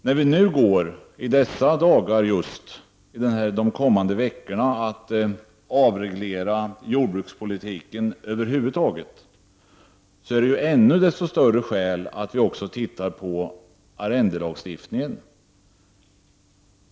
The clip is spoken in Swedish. När vi nu under de kommande veckorna skall avreglera jordbruket över huvud taget, finns det ännu större skäl att också titta på arrendelagstiftningen.